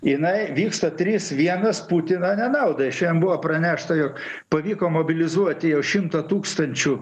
jinai vyksta trys vienas putino nenaudai šian buvo pranešta jo pavyko mobilizuoti jau šimtą tūkstančių